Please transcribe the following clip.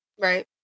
Right